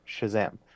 Shazam